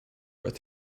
got